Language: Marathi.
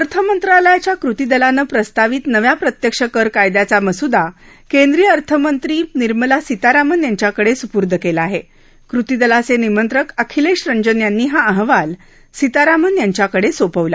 अर्थमंत्रालयाच्या कृती दलानं प्रस्तावित नव्या प्रत्यक्ष कर कायद्याचा मसुदा केंद्रीय अर्थमंत्री निर्मला सीतारामन यांच्याकड सुपूर्द कला आह क्रिती दलाच निमंत्रक अखिल रंजन यांनी हा अहवाल सीतारामन यांच्याकड सोपवला